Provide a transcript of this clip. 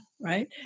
right